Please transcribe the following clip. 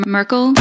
Merkel